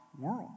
world